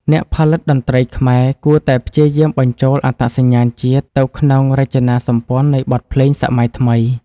អ្នកផលិតតន្ត្រីខ្មែរគួរតែព្យាយាមបញ្ចូលអត្តសញ្ញាណជាតិទៅក្នុងរចនាសម្ព័ន្ធនៃបទភ្លេងសម័យថ្មី។